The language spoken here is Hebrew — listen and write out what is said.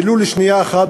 ולו לשנייה אחת,